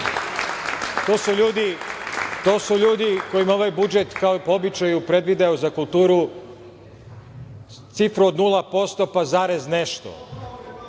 To su ljudi kojima ovaj budžet, kao po običaju predvideo za kulturu cifru od 0%, pa zarez nešto.